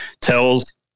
Tells